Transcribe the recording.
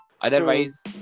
otherwise